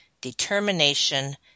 determination